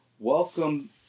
Welcome